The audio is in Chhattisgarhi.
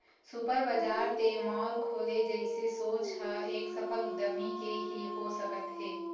सुपर बजार ते मॉल खोले जइसे सोच ह एक सफल उद्यमी के ही हो सकत हे